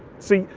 see,